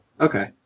okay